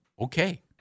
okay